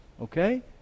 Okay